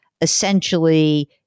essentially